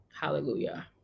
hallelujah